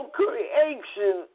creation